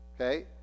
okay